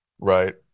Right